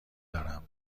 دارم